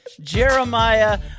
Jeremiah